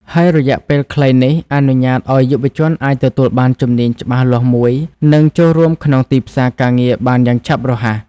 ហើយរយៈពេលខ្លីនេះអនុញ្ញាតឱ្យយុវជនអាចទទួលបានជំនាញច្បាស់លាស់មួយ និងចូលរួមក្នុងទីផ្សារការងារបានយ៉ាងឆាប់រហ័ស។